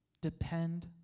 Depend